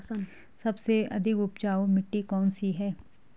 सबसे अधिक उपजाऊ मिट्टी कौन सी है?